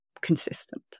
consistent